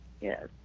yes